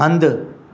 हंधु